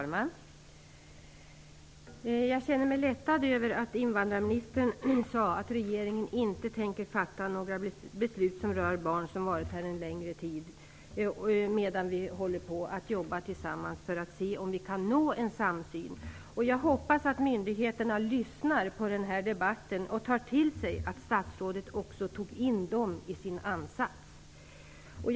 Fru talman! Jag känner mig lättad över att invandrarministern sade att regeringen medan vi jobbar tillsammans för att se om vi kan nå fram till en samsyn inte tänker fatta några beslut som rör barn som varit här en längre tid. Jag hoppas att myndigheterna lyssnar på den här debatten och tar till sig att statsrådet tog in också dessa barn i sin ansats.